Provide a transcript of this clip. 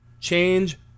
Change